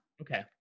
Okay